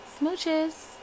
Smooches